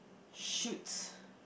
shoots